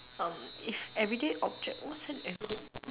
um if everyday object what's an everyday